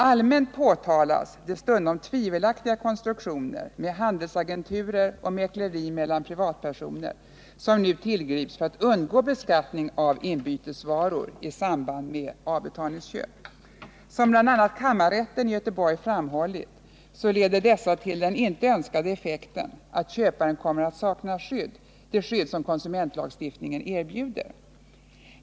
Allmänt påtalas de stundom tvivelaktiga konstruktioner med handelsagenturer och mäkleri mellan privatpersoner, som nu tillgrips för att undgå beskattning av inbytesvaror i samband med avbetalningsköp. Som bl.a. kammarrätten i Göteborg framhållit, leder dessa konstruktioner till den icke önskade effekten att köparen kommer att sakna det skydd som konsumentlagstiftningen erbjuder.